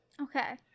Okay